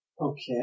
Okay